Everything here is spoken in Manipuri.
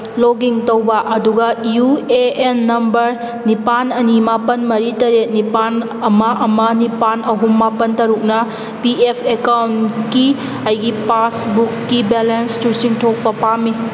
ꯂꯣꯒꯤꯉ ꯇꯧꯕ ꯑꯗꯨꯒ ꯌꯨ ꯑꯦ ꯑꯦꯟ ꯅꯝꯕꯔ ꯅꯤꯄꯥꯜ ꯑꯅꯤ ꯃꯥꯄꯜ ꯃꯔꯤ ꯇꯔꯦꯠ ꯅꯤꯄꯥꯜ ꯑꯃ ꯑꯃ ꯅꯤꯄꯥꯜ ꯑꯍꯨꯝ ꯃꯥꯄꯜ ꯇꯔꯨꯛꯅ ꯄꯤ ꯑꯦꯐ ꯑꯦꯀꯥꯎꯟꯒꯤ ꯑꯩꯒꯤ ꯄꯥꯁꯕꯨꯛꯀꯤ ꯕꯦꯂꯦꯟꯁꯇꯨ ꯆꯤꯡꯊꯣꯛꯄ ꯄꯥꯝꯏ